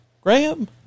graham